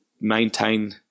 maintain